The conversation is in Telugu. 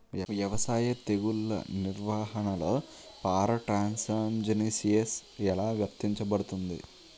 వ్యవసాయ తెగుళ్ల నిర్వహణలో పారాట్రాన్స్జెనిసిస్ఎ లా వర్తించబడుతుంది?